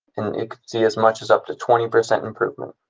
and it could see as much as up to twenty percent improvement.